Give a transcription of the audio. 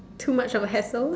too much of a hassle